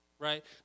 right